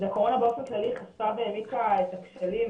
אז הקורונה באופן כללי חשפה והעמיקה את הכשלים,